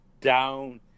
down